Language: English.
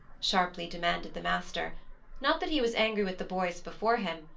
sharply demanded the master not that he was angry with the boys before him,